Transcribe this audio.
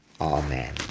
Amen